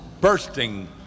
bursting